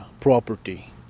property